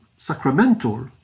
sacramental